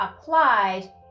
applied